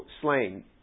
slain